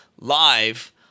live